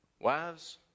Wives